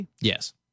Yes